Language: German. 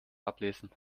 ablesen